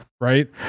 right